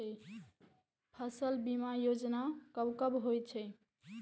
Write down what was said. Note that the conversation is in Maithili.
फसल बीमा योजना कब कब होय छै?